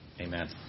Amen